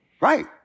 Right